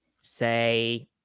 say